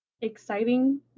exciting